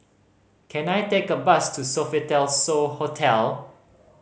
can I take a bus to Sofitel So Hotel